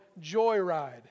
Joyride